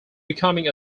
becoming